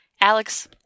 Alex